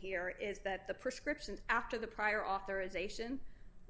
here is that the prescriptions after the prior authorization